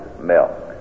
milk